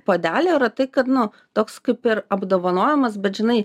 puodelio yra tai kad nu toks kaip ir apdovanojimas bet žinai